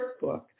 Workbook